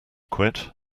quit